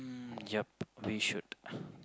um yup we should